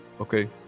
Okay